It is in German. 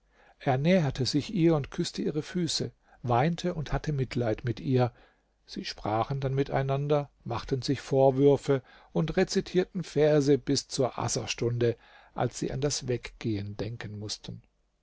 er näherte sich ihr und küßte ihre füße weinte und hatte mitleid mit ihr sie sprachen dann miteinander machten sich vorwürfe und rezitierten verse bis zur asserstunde als sie an das weggehen denken mußten